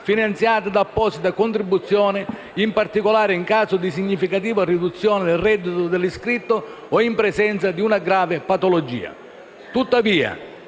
finanziate da apposita contribuzione, in particolare in caso di significativa riduzione del reddito dell'iscritto o in presenza di una grave patologia.